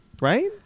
right